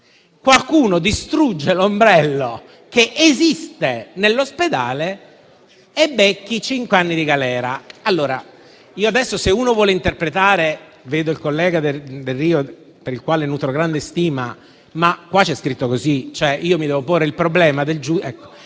qualcuno distrugge l'ombrello che esiste nell'ospedale e si becca cinque anni di galera. Non so se adesso uno vuole interpretare - vedo il collega Delrio, per il quale nutro grande stima - ma qua c'è scritto così. Io mi pongo il problema del giudice.